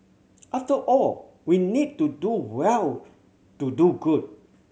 after all we need to do well to do good